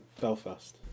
Belfast